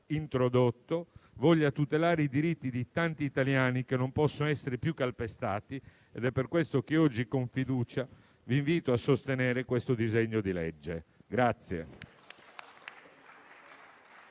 introdotto voglia tutelare i diritti di tanti italiani che non possono essere più calpestati ed è per questo che oggi con fiducia vi invito a sostenere questo disegno di legge.